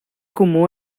comú